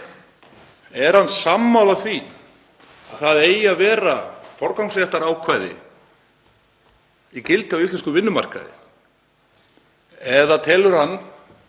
Er hann sammála því að það eigi að vera forgangsréttarákvæði í gildi á íslenskum vinnumarkaði? Telur hann